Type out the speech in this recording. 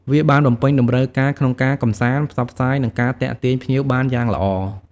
វាបានបំពេញតម្រូវការក្នុងការកម្សាន្ត ផ្សព្វផ្សាយ និងការទាក់ទាញភ្ញៀវបានយ៉ាងល្អ។